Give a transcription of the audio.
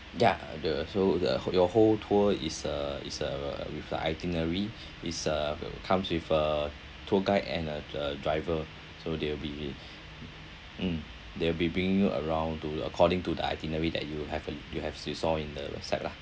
ya the so the who~ your whole tour is uh is uh with the itinerary is uh will comes with a tour guide and a a driver so they'll be mm they'll be bringing you around to the according to the itinerary that you have uh you have s~ you saw in the website lah